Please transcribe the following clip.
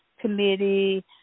Committee